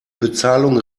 bezahlung